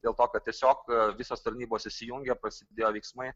dėl to kad tiesiog visos tarnybos įsijungia prasidėjo veiksmai